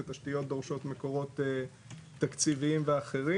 ותשתיות דורשות מקורות תקציביים ואחרים.